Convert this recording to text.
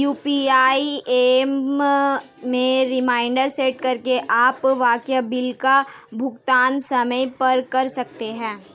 UPI app में reminder set करके आप बकाया बिल का भुगतान समय पर कर सकते हैं